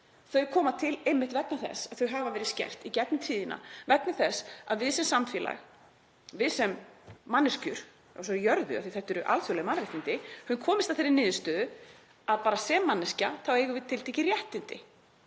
Þau koma til einmitt vegna þess að þau hafa verið skert í gegnum tíðina. Við sem samfélag, við sem manneskjur á þessari jörðu, af því þetta eru alþjóðleg mannréttindi, höfum komist að þeirri niðurstöðu að sem manneskjur eigum við tiltekin réttindi